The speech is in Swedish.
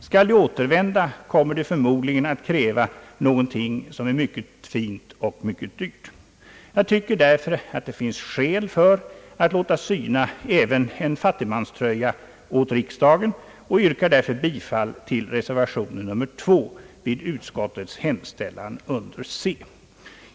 Skall de återvända, kommer de förmodligen att kräva någonting mycket fint och mycket dyrt. Jag tycker därför att det finns skäl för att låta syna även en fattigmanströja åt riksdagen och yrkar därför bifall till reservation 2 vid utskottets hemställan under punkten C.